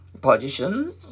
position